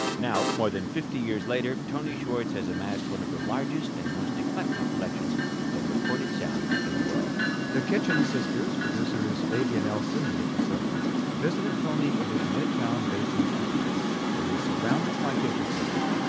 now, more than fifty years later, tony schwartz has amassed one of the largest and most eclectic collections of recorded sound in the world the kitchen sisters producers davia nelson and nikki silva um visited tony in his midtown basement studio where he's surrounded by tape recorders,